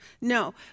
No